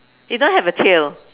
he don't have a tail